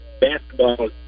basketball